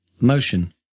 motion